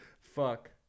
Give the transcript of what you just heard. fuck